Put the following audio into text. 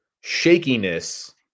shakiness